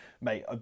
Mate